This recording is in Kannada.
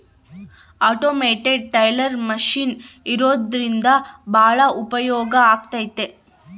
ಆಟೋಮೇಟೆಡ್ ಟೆಲ್ಲರ್ ಮೆಷಿನ್ ಇರೋದ್ರಿಂದ ಭಾಳ ಉಪಯೋಗ ಆಗೈತೆ